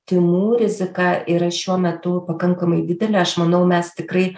tymų rizika yra šiuo metu pakankamai didelė aš manau mes tikrai